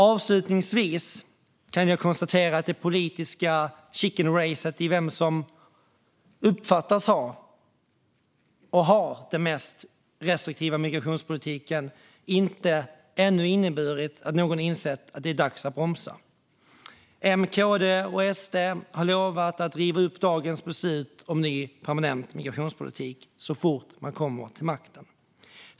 Avslutningsvis kan jag konstatera att det politiska chickenracet om vem som uppfattas ha - och har - den mest restriktiva migrationspolitiken ännu inte inneburit att någon insett att det är dags att bromsa. M, KD och SD har lovat att riva upp dagens beslut om ny permanent migrationspolitik så fort de kommer till makten.